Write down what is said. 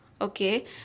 okay